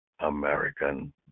American